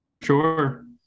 sure